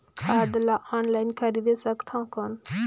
खाद ला ऑनलाइन खरीदे सकथव कौन?